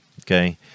Okay